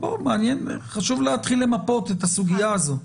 חשוב להתחיל למפות את הסוגיה הזו.